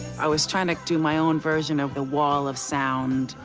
i was trying to do my own version of the wall of sound.